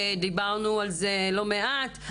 ודיברנו על זה לא מעט.